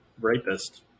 rapist